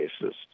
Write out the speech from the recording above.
basis